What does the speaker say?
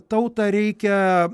tautą reikia